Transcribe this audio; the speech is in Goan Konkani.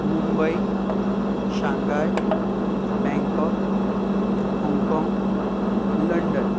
Mumbai Shanghai Bangkok Hong Kong London